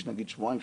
נגיד שבועיים,